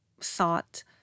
sought